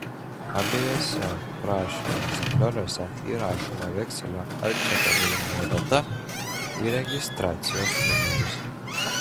abiejuose prašymo egzemplioriuose įrašoma vekselio ar čekio gavimo data ir registracijos numeris